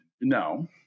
no